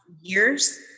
years